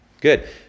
Good